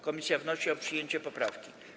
Komisja wnosi o przyjęcie poprawki.